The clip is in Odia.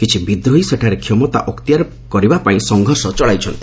କିଛି ବିଦ୍ରୋହୀ ସେଠାରେ କ୍ଷମତା ଅକ୍ତିଆର କରିବାପାଇଁ ସଂଘର୍ଷ ଚଳାଇଛନ୍ତି